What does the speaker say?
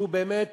שהוא באמת